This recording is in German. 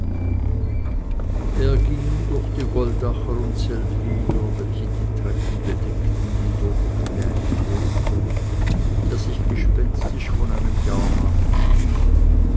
er ging durch die goldacher und seldwyler welche die treppen bedeckten hindurch wie ein toter der sich gespenstisch von einem jahrmarkt stiehlt